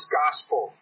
gospel